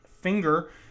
finger